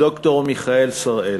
ד"ר מיכאל שראל,